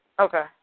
Okay